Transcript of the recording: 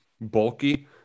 bulky